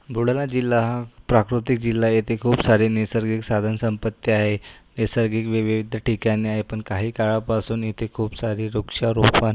बुलढाणा जिल्हा हा प्राकृतिक जिल्हा आहे इथे खूप सारे नैसर्गिक साधनसंपत्ती आहे नैसर्गिक वैविध्य ठिकाणे आहे पण काही काळापासून इथे खूप सारी वृक्षारोपण